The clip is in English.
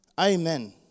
Amen